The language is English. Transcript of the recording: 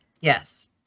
Yes